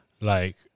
like-